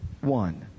one